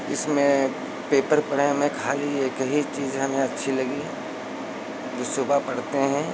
इसमें पेपर पढ़ने में खाली एक ही चीज़ हमें अच्छी लगी जो सुबह पढ़ते हैं